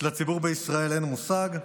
שלציבור בישראל אין מושג?